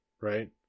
right